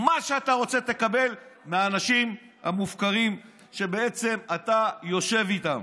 מה שאתה רוצה תקבל מהאנשים המופקרים שאתה יושב איתם.